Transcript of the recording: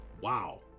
Wow